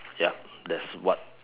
ya that's what